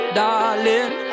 darling